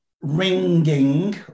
ringing